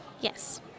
Yes